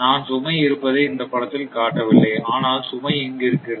நான் சுமை இருப்பதை இந்தப் படத்தில் காட்ட வில்லை ஆனால் சுமை இங்கு இருக்கிறது